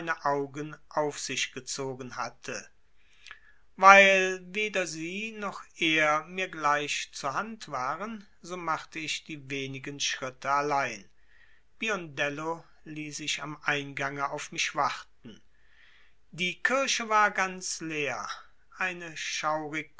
augen auf sich gezogen hatte weil weder sie noch er mir gleich zur hand waren so machte ich die wenigen schritte allein biondello ließ ich am eingange auf mich warten die kirche war ganz leer eine